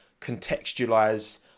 contextualize